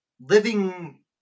living